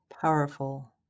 powerful